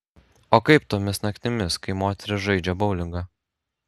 o kaip tomis naktimis kai moterys žaidžia boulingą